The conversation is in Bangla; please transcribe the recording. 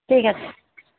ঠিক আছে